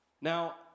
Now